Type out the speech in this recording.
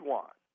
one